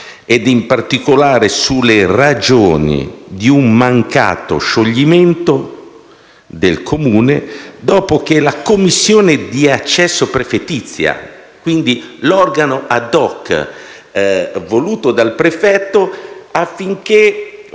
ed in particolare sulle ragioni di un mancato scioglimento del Comune, dopo che la commissione di accesso prefettizia - quindi l'organo *ad hoc* voluto dal prefetto affinché